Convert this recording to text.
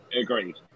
Agreed